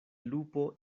lupo